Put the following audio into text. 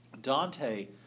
Dante